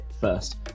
first